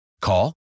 Call